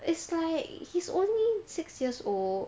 it's like he's only six years old